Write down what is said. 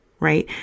right